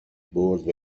برد